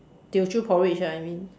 Teochew porridge ah you mean